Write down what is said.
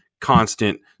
constant